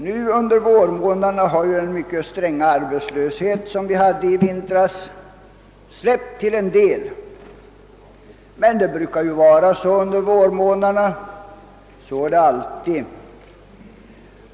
Nu under vårmånaderna har ju den mycket svåra arbetslöshet som vi hade i vintras släppt till en del. Men det brukar alltid vara så under vårmånaderna.